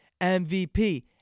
MVP